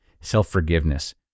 self-forgiveness